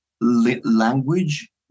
language